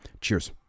Cheers